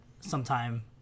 sometime